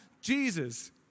Jesus